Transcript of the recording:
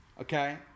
Okay